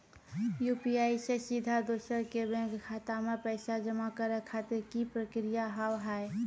UPI से सीधा दोसर के बैंक खाता मे पैसा जमा करे खातिर की प्रक्रिया हाव हाय?